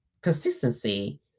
consistency